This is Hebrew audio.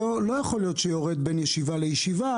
לא יכול להיות שיורד בין ישיבה לישיבה,